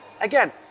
Again